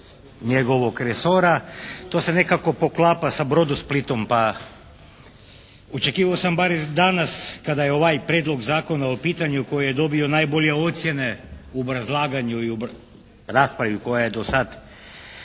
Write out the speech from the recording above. njegovog resora. To se nekako poklapa sa "Brodosplitom" pa. Očekivao sam bar danas kada je ovaj Prijedlog zakona u pitanju koji je dobio najbolje ocjene u obrazlaganju i raspravi koja je dosad